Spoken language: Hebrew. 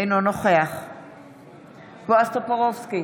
אינו נוכח בועז טופורובסקי,